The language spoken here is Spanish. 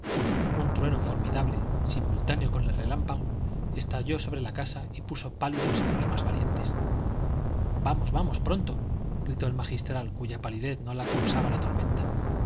un trueno formidable simultáneo con el relámpago estalló sobre la casa y puso pálidos a los más valientes vamos vamos pronto gritó el magistral cuya palidez no la causaba la tormenta